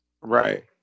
Right